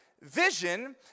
Vision